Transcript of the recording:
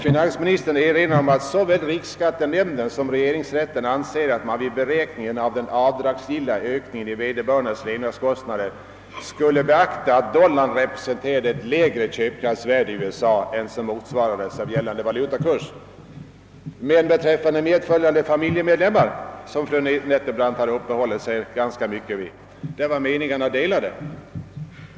Finansministern erinrar om att såväl regeringsrätten som riksskattenämnden anser att man vid beräkningen av den avdragsgilla ökningen i vederbörandes levnadskostnader skall beakta att dollarn representerar ett lägre köpkraftsvärde i USA än som motsvaras av gällande valutakurs. Men beträffande avdragsrätt för medföljande familjemedlemmar, vilken fråga fru Nettelbrandt utförligt berörde, var meningarna delade.